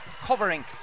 covering